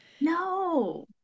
No